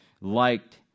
liked